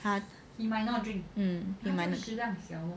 but